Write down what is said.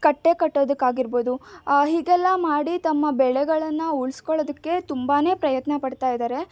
ಕಟ್ಟೆ ಕಟ್ಟೋದಕ್ಕಾಗಿರ್ಬೋದು ಹೀಗೆಲ್ಲ ಮಾಡಿ ತಮ್ಮ ಬೆಳೆಗಳನ್ನು ಉಳ್ಸ್ಕೊಳೋದಕ್ಕೆ ತುಂಬ ಪ್ರಯತ್ನಪಡ್ತಾ ಇದ್ದಾರೆ